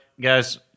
Guys